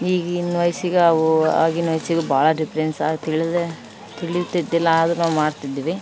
ಈಗಿನ ವಯಸ್ಸಿಗು ಅವು ಆಗಿನ ವಯಸ್ಸಿಗು ಭಾಳ ಡಿಫ್ರೆನ್ಸ್ ಆಗಿ ತಿಳಿದೆ ತಿಳಿತಿದ್ದಿಲ್ಲ ಆದರು ನಾವು ಮಾಡ್ತಿದ್ವಿ